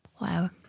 Wow